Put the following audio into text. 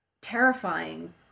terrifying